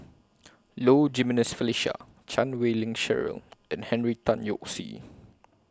Low Jimenez Felicia Chan Wei Ling Cheryl and Henry Tan Yoke See